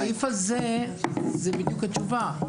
הסעיף הזה הוא בדיוק התשובה.